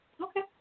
Okay